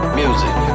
music